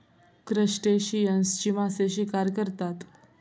क्रस्टेशियन्सची मासे शिकार करतात